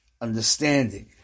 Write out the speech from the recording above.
understanding